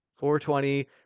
420